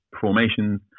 formations